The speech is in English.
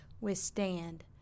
withstand